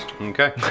Okay